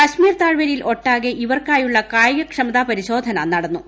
കശ്മീർ താഴ്വരയിൽ ഒട്ടാകെ ഇവർക്കായുള്ള കായിക ക്ഷമതാ പരിശോധന നടന്നു